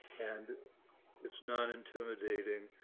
and it's not intimidating.